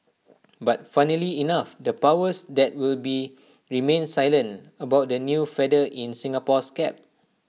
but funnily enough the powers that would be remained silent about the new feather in Singapore's cap